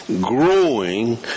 growing